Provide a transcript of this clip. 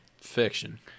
Fiction